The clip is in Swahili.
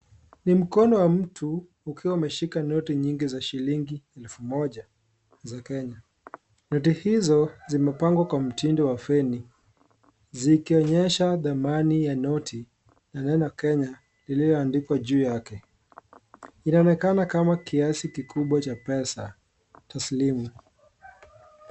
Ni mkono wa mtu ukiwa umeshika noti nyingi za shilingi elfu moja za Kenya. Noti hizo zimepangwa kwa mtindo wa feni zikionyesha, thamani ya noti na neno Kenya lililoandikwa juu yake inaonekana kama kiasi kikubwa cha pesa taaslim.